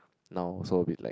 now also a bit like